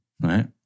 right